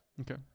Okay